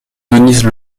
denise